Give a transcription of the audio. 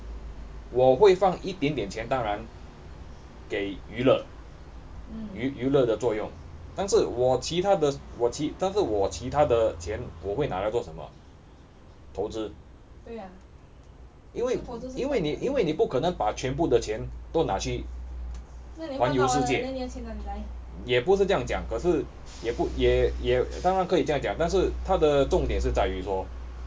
我会放一点点钱当然给娱乐娱娱乐的作用但是我其他的我其但是我其他的钱我会拿来做什么投资因为因为你因为你不可能把全部的钱都拿来拿去环游世界也不是酱讲可是